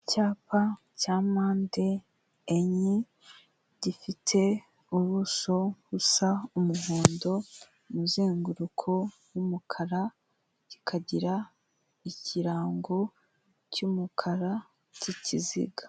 Icyapa cya mpamde enye, gifite ubuso busa umuhondo, umuzenguruko w'umukara, kikagira ikirango cy'umukara k'ikiziga.